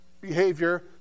behavior